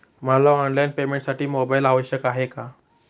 मला ऑनलाईन पेमेंटसाठी मोबाईल आवश्यक आहे का?